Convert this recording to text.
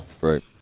Right